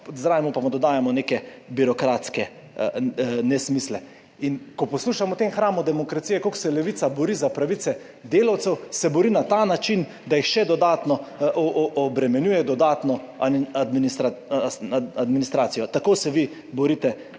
zraven pa mu dodajamo neke birokratske nesmisle. In ko poslušamo o tem hramu demokracije, kako se Levica bori za pravice delavcev, se bori na ta način, da jih še dodatno obremenjuje, dodatno administracijo, tako se vi borite